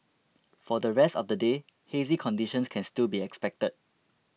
for the rest of the day hazy conditions can still be expected